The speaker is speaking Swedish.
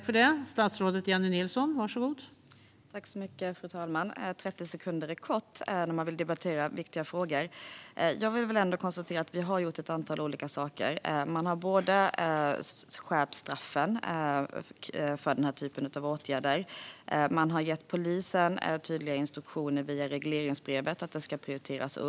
Fru talman! 30 sekunders talartid är kort när man vill debattera viktiga frågor. Jag vill ändå konstatera att vi har gjort ett antal olika saker. Vi har skärpt straffen för den här typen av åtgärder. Vi har gett polisen tydliga instruktioner via regleringsbrevet att det ska prioriteras.